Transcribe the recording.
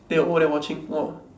then you over there watching !wah!